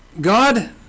God